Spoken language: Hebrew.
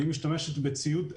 היא משתמשת בציוד אלחוטי,